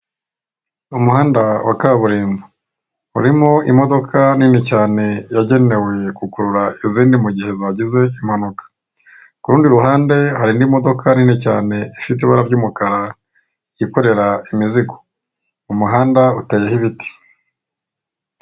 Umuhanda wa kaburimbo urimo imodoka nini cyane yagenewe gukurura izindi mugihe zagize impanuka. Kurundi ruhande harindi modoka nini cyane ifite ibara ry'umukara yikorera imizigo, umuhandateyeho ibiti.